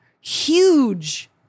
huge